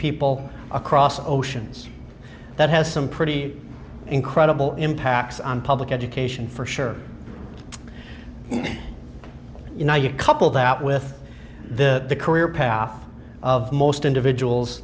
people across oceans that has some pretty incredible impacts on public education for sure you know you couple that with the career path of most individuals